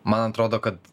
man atrodo kad